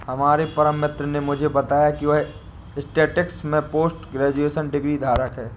हमारे परम मित्र ने मुझे बताया की वह स्टेटिस्टिक्स में पोस्ट ग्रेजुएशन डिग्री धारक है